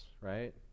Right